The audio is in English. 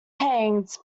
hanged